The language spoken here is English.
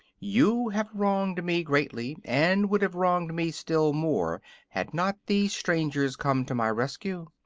you have wronged me greatly, and would have wronged me still more had not these strangers come to my rescue.